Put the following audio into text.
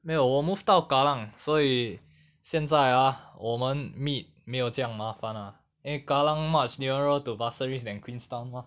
没有我 move 到 kallang 所以现在 ah 我们 meet 没有这样麻烦 ah 因为 kallang much nearer to pasir ris than queenstown mah